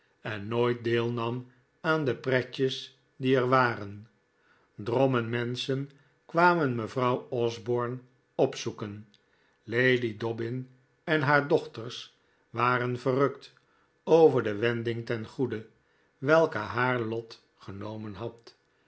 en nooit deelnam aan de pretjes die er waren drommen menschen kwamen mevrouw osborne opzoeken lady dobbin en haar dochters waren verrukt over de wending ten goede welke haar lot genomen